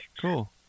Cool